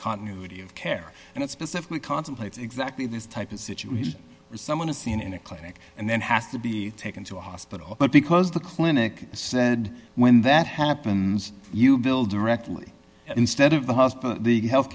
continuity of care and it specifically contemplates exactly this type of situation where someone is seen in a clinic and then has to be taken to a hospital but because the clinic said when that happens you build directly instead of the hospital the health